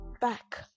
back